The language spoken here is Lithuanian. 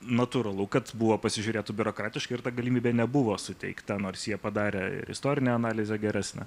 natūralu kad buvo pasižiūrėta biurokratiškai ir ta galimybė nebuvo suteikta nors jie padarė ir istorinę analizę geresnę